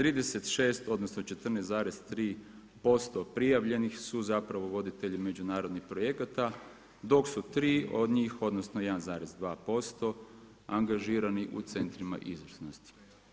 36 odnosno 14,3% prijavljenih su zapravo voditelji međunarodnih projekata dok su 3 od njih, odnosno 1,2% angažirani u centrima izvrsnosti.